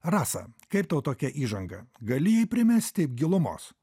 rasa kaip tau tokia įžanga gali jai primesti gilumos